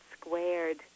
squared